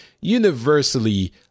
universally